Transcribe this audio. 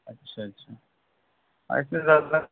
اچھا اچھا زیادہ